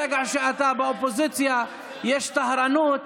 ברגע שאתה באופוזיציה יש טהרנות.